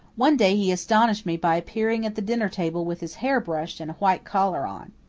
one day he astonished me by appearing at the dinner table with his hair brushed and a white collar on.